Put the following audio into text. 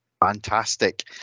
Fantastic